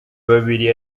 babiri